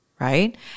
Right